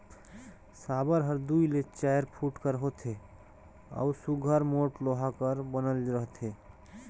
साबर हर दूई ले चाएर फुट कर होथे अउ सुग्घर मोट लोहा कर बनल रहथे